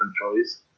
choice